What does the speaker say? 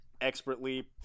expertly